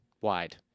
wide